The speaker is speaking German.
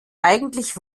eigentlich